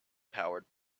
powered